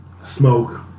smoke